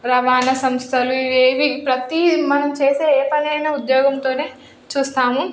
రవాణా సంస్థలు ఇవి ఏవి ప్రతి మనం చేసే ఏ పనైనా ఉద్యోగంతోనే చూస్తాము